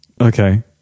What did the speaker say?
Okay